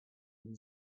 ihm